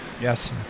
Yes